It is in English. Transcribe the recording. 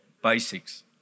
basics